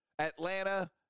Atlanta